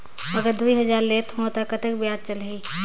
अगर दुई हजार लेत हो ता कतेक ब्याज चलही?